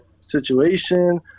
situation